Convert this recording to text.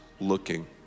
looking